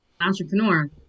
entrepreneur